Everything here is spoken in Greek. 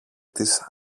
της